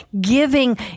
giving